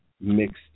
mixed